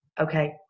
okay